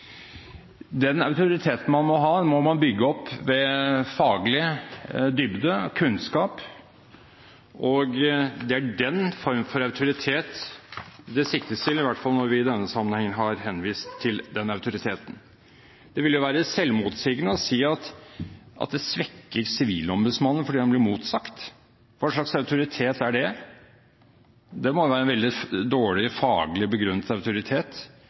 Den autoriteten man må ha, må man bygge opp ved faglig dybde og kunnskap. Det er den form for autoritet det siktes til, i hvert fall når vi i denne sammenhengen har henvist til den autoriteten. Det vil være selvmotsigende å si at det svekker Sivilombudsmannen fordi han blir motsagt. Hva slags autoritet er det? Det må være en veldig dårlig faglig begrunnet autoritet